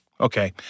Okay